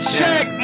check